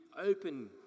open